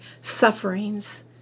sufferings